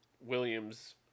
Williams